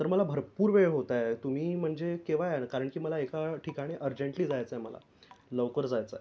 तर मला भरपूर वेळ होत आहे तुम्ही म्हणजे केव्हा याल कारण की मला एका ठिकाणी अर्जन्टली जायचं आहे मला लवकर जायचं आहे